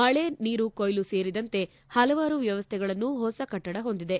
ಮಳನೀರು ಕೊಯ್ಲು ಸೇರಿದಂತೆ ಪಲವರಾರು ವ್ಯವಸ್ಥೆಗಳನ್ನು ಹೊಸ ಕಟ್ಟಡ ಹೊಂದಿದೆ